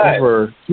over